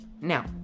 Now